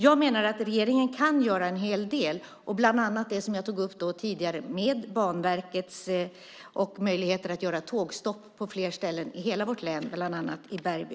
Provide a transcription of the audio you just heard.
Jag menar att regeringen kan göra en hel del, bland annat det som jag tog upp tidigare om Banverket och möjligheten att göra tågstopp på fler ställen i hela vårt hemlän, bland annat i Bergby.